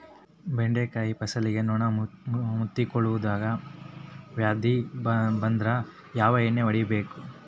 ಬೆಂಡೆಕಾಯ ಫಸಲಿಗೆ ನೊಣ ಮುತ್ತಿಕೊಳ್ಳುವ ವ್ಯಾಧಿ ಬಂದ್ರ ಯಾವ ಎಣ್ಣಿ ಹೊಡಿಯಬೇಕು?